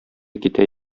китә